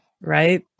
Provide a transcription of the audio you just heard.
Right